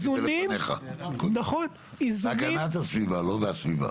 מחזקים דבריך, אבל אתה לא שומע.